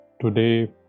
today